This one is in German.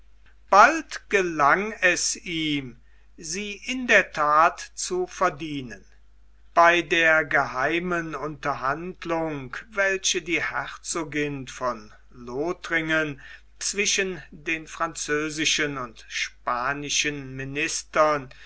bald gelang es ihm sie in der that zu verdienen bei der geheimen unterhandlung welche die herzogin von lothringen zwischen den französischen und spanischen ministern